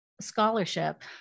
scholarship